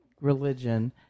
religion